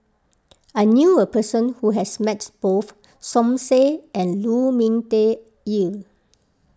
I knew a person who has met both Som Said and Lu Ming Teh Earl